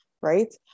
right